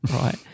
right